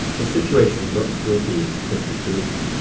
the situation looks to have been pretty bleak.